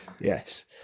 Yes